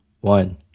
one